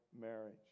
marriage